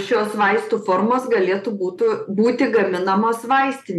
šios vaistų formos galėtų būtų būti gaminamos vaistin